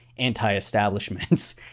anti-establishments